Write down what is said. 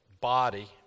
body